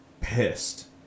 pissed